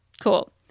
Cool